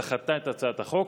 דחתה את הצעת החוק.